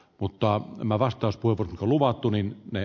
mutta tämä vastaus pulp luvattu niin ne